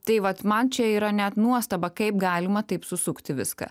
tai vat man čia yra net nuostaba kaip galima taip susukti viską